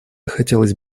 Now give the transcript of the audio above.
хотелось